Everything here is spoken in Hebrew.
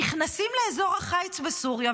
נכנסים לאזור החיץ בסוריה,